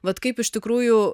vat kaip iš tikrųjų